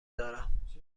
دارم